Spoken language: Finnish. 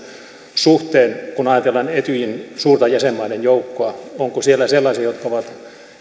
suhteen kun ajatellaan etyjin suurta jäsenmaiden joukkoa onko siellä sellaisia jotka ovat